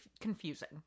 confusing